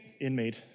inmate